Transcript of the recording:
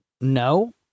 no